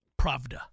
Pravda